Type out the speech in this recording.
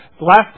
Last